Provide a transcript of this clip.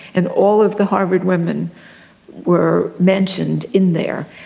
and all of the harvard women were mentioned in there.